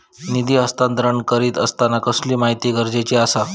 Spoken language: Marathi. निधी हस्तांतरण करीत आसताना कसली माहिती गरजेची आसा?